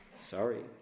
Sorry